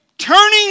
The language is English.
Turning